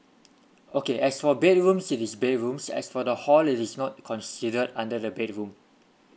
okay as for bedroom it is bedrooms as for the hall it is not considered under the bedroom